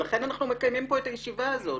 לכן אנחנו מקיימים פה את הישיבה הזאת,